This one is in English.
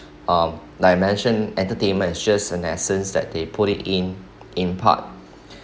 um like I mention entertainment is just and since that they put it in in part